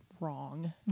wrong